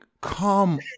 come